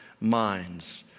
minds